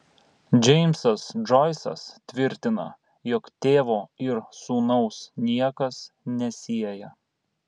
džeimsas džoisas tvirtina jog tėvo ir sūnaus niekas nesieja